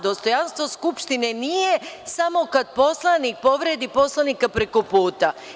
Dostojanstvo Skupštine nije samo kada poslanik povredi poslanika preko puta.